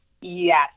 Yes